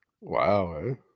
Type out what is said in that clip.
wow